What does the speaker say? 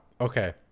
Okay